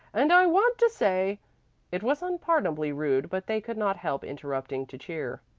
and i want to say it was unpardonably rude, but they could not help interrupting to cheer.